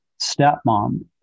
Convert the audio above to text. stepmom